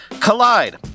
Collide